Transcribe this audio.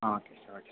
ah okay sir okay sir